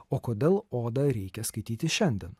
o kodėl odą reikia skaityti šiandien